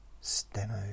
Steno